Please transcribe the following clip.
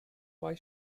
why